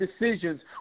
decisions